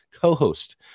co-host